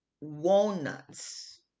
walnuts